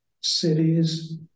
cities